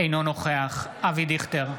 אינו נוכח אבי דיכטר,